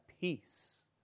peace